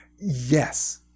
Yes